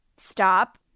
stop